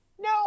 No